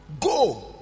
go